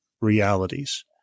realities